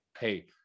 Hey